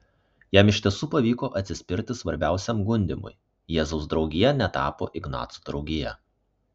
jam iš tiesų pavyko atsispirti svarbiausiam gundymui jėzaus draugija netapo ignaco draugija